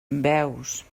veus